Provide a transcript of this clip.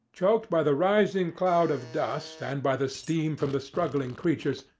choked by the rising cloud of dust and by the steam from the struggling creatures,